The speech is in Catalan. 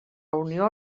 unió